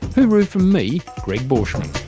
hooroo from me, greg borschmann